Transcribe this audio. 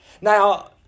now